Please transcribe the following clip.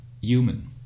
human